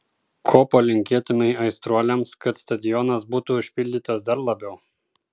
ko palinkėtumei aistruoliams kad stadionas būtų užpildytas dar labiau